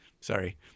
Sorry